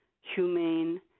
humane